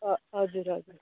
ह हजुर हजुर